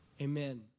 amen